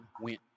went